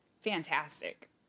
fantastic